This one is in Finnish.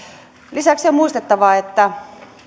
lisäksi on muistettava että